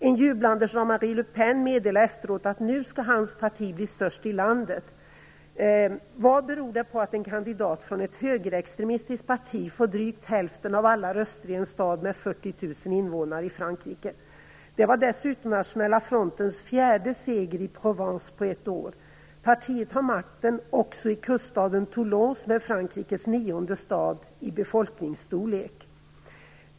En jublande Jean-Marie Le Pen meddelade efteråt att hans parti nu skall bli störst i landet. Vad beror det på att en kandidat från ett högerextremistiskt parti får drygt hälften av alla röster i en stad med 40 000 invånare i Frankrike? Det var dessutom Nationella frontens fjärde seger i Provence på ett år. Partiet har makten även i kuststaden Toulon, som är Frankrikes nionde stad i befolkningsstorlek.